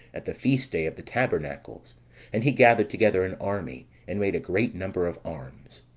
at the feast day of the tabernacles and he gathered together an army, and made a great number of arms.